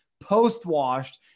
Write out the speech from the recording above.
post-washed